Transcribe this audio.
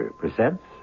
presents